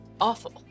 awful